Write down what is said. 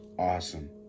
Awesome